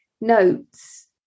notes